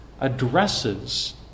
addresses